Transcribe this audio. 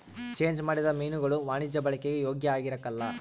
change ಮಾಡಿದ ಮೀನುಗುಳು ವಾಣಿಜ್ಯ ಬಳಿಕೆಗೆ ಯೋಗ್ಯ ಆಗಿರಕಲ್ಲ